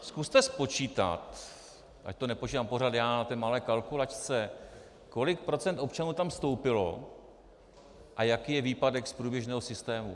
Zkuste spočítat, ať to nepočítám pořád já na té malé kalkulačce, kolik procent občanů tam vstoupilo a jaký je výpadek z průběžného systému.